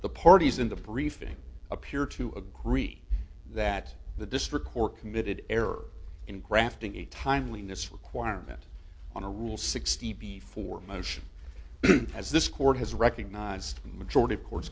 the parties in the briefing appear to agree that the district court committed error in crafting a timeliness requirement on a rule sixty before motion as this court has recognized majority of cour